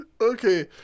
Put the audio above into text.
Okay